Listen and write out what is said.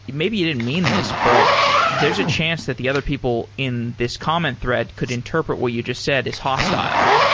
maybe you didn't mean this, but there's a chance that the other people in this comment thread could interpret what you just said as hostile.